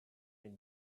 have